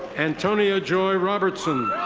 antonio joy robertson.